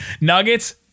Nuggets